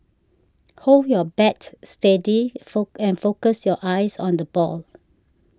hold your bat steady and focus your eyes on the ball